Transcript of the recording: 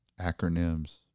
acronyms